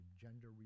gender